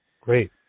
Great